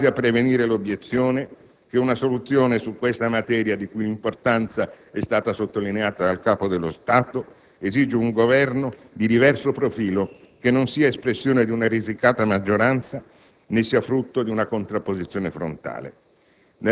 quasi a prevenire l'obiezione che una soluzione su questa materia, la cui importanza è stata sottolineata dal Capo dello Stato, esige un Governo di diverso profilo che non sia espressione di una risicata maggioranza, né sia frutto di una contrapposizione frontale.